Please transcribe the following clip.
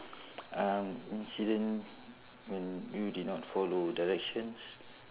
um incident when you did not follow directions